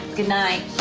goodnight.